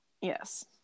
yes